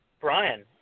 Brian